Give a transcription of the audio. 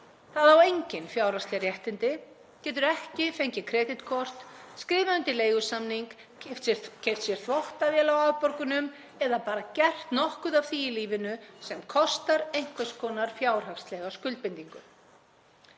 Það á engin fjárhagsleg réttindi, getur ekki fengið kreditkort, ekki skrifað undir leigusamning, ekki keypt sér þvottavél á afborgunum eða gert nokkuð af því í lífinu sem kostar einhvers konar fjárhagslega skuldbindingu.